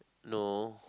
no